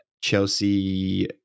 Chelsea